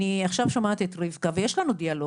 אני שומעת עכשיו את רבקה, ויש לנו דיאלוג.